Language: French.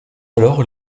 alors